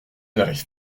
n’arrive